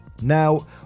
Now